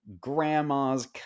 grandma's